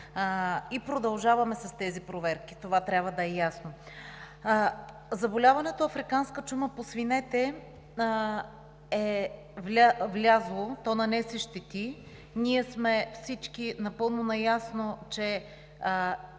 и продължаваме с тези проверки. Това трябва да е ясно. Заболяването африканска чума по свинете е влязло, то нанесе щети. Всички ние сме напълно наясно, а